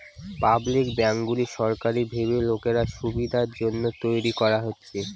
public ব্যাঙ্কগুলো সরকারি ভাবে লোকের সুবিধার জন্য তৈরী করা হচ্ছে